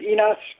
Enos